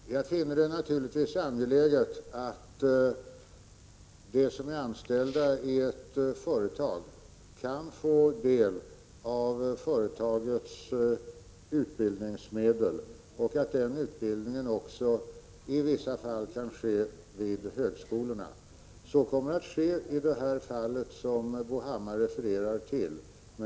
Fru talman! Jag finner det naturligtvis angeläget att de som är anställda i ett företag kan få del av företagets utbildningsmedel och att den utbildningen också i vissa fall kan äga rum vid högskolorna. Så kommer att ske i det fall som Bo Hammar refererar till.